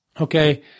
okay